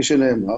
כפי שנאמר.